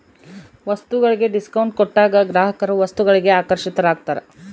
ವಸ್ತುಗಳಿಗೆ ಡಿಸ್ಕೌಂಟ್ ಕೊಟ್ಟಾಗ ಗ್ರಾಹಕರು ವಸ್ತುಗಳಿಗೆ ಆಕರ್ಷಿತರಾಗ್ತಾರ